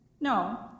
No